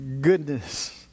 goodness